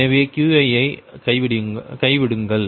எனவே Qi ஐ கைவிடுங்கள்